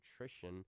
Nutrition